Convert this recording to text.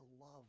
love